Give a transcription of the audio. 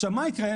עכשיו מה יקרה?